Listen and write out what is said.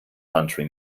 country